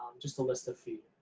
just to list a few.